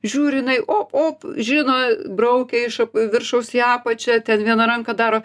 žiūriu jinai o op žino braukia iš viršaus į apačią ten viena ranka daro